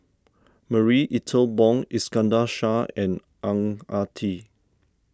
Marie Ethel Bong Iskandar Shah and Ang Ah Tee